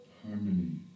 harmony